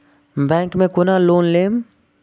Bank में केना loan लेम?